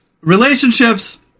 relationships